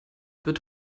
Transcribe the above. wird